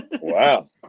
Wow